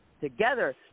together